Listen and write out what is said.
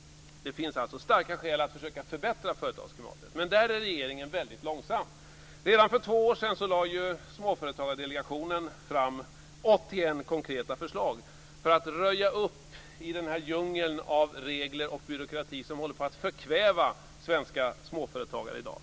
Det finns alltså starka skäl att försöka förbättra företagarklimatet. Men här är regeringen väldigt långsam. Redan för två år sedan lade Småföretagsdelegationen fram 81 konkreta förslag för att röja upp i den djungel av regler och byråkrati som håller på att förkväva svenska småföretagare i dag.